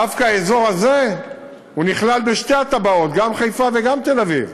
דווקא האזור הזה נכלל בשתי הטבעות: גם חיפה וגם תל-אביב.